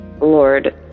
Lord